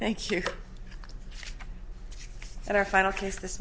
thank you and our final case